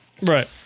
Right